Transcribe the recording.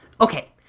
Okay